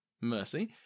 Mercy